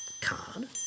Card